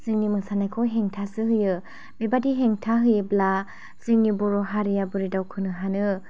जोंनि मोसानायखौ हेंथासो होयो बेबाइदि हेंथा होयोब्ला जोंनि बर' हारिया बोरै दावखोनो हानो